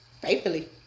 faithfully